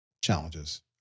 challenges